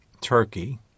Turkey